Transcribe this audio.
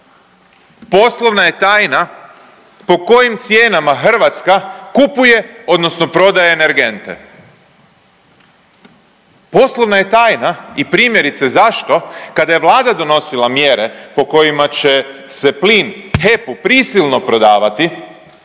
Poslovna je tajna po kojim cijenama Hrvatska kupuje odnosno prodaje energente. Poslovna je tajna i primjerice, zašto, kada je Vlada donosila mjere po kojima će se plin HEP-u prisilno prodavati